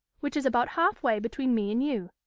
which is about halfway between me and you.